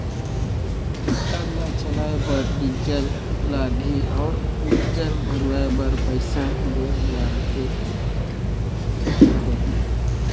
tractor ल चलाए बर डीजल लगही अउ डीजल भराए बर पइसा दो लगते अहे